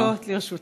עשר דקות לרשותך.